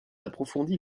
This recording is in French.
approfondi